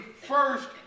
first